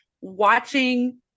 Watching